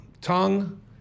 tongue